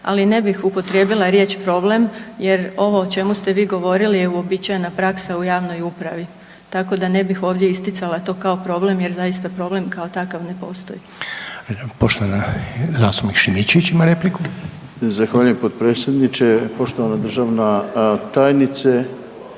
ali ne bih upotrijebila riječ problem, jer, ovo o čemu ste vi govorili je uobičajena praksa u javnoj upravi tako da ne bih ovdje isticala to kao problem jer zaista problem kao takav ne postoji. **Reiner, Željko (HDZ)** Poštovana zastupnik Šimičević ima repliku. **Šimičević, Rade (HDZ)** Zahvaljujem potpredsjedniče, poštovana državna tajnice.